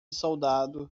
soldado